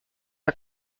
are